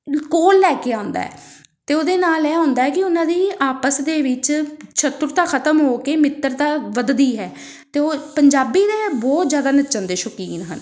ਕੋਲ ਲੈ ਕੇ ਆਉਂਦਾ ਅਤੇ ਉਹਦੇ ਨਾਲ ਇਹ ਹੁੰਦਾ ਕਿ ਉਹਨਾਂ ਦੀ ਆਪਸ ਦੇ ਵਿੱਚ ਛਤੁਰਤਾ ਖਤਮ ਹੋ ਕੇ ਮਿੱਤਰਤਾ ਵੱਧਦੀ ਹੈ ਅਤੇ ਉਹ ਪੰਜਾਬੀ ਦੇ ਬਹੁਤ ਜ਼ਿਆਦਾ ਨੱਚਣ ਦੇ ਸ਼ੌਕੀਨ ਹਨ